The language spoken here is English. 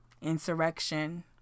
Insurrection